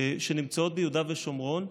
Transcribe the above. שנמצאות ביהודה ושומרון.